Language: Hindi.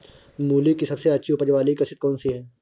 मूली की सबसे अच्छी उपज वाली किश्त कौन सी है?